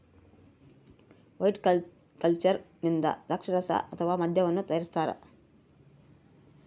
viticulture ಇಂದ ದ್ರಾಕ್ಷಾರಸ ಅಥವಾ ಮದ್ಯವನ್ನು ತಯಾರಿಸ್ತಾರ